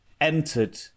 entered